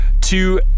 two